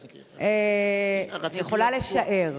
אז, אני יכולה לשער.